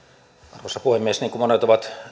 arvoisa puhemies niin kuin monet ovat